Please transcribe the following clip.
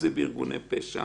ממש לא.